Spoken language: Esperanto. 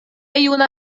juna